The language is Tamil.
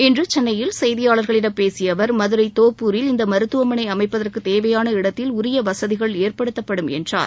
இன்று சென்னையில் செய்தியாளர்களிடம் பேசிய அவர் மதுரை தோப்பூரில் இந்த மருத்துவமனை அமைப்பதற்கு தேவையான இடத்தில் உரிய வசதிகள் ஏற்படுத்தப்படும் என்றார்